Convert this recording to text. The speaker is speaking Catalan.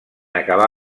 acabar